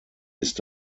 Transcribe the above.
ist